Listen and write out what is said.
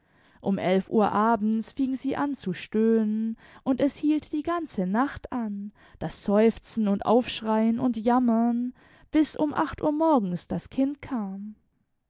um ii uhr abends fing sie an zu stöhnen imd es hielt die ganze nacht an das seufzen und aufschreien imd janmiem bis um uhr morgens das kind kam